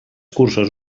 cursos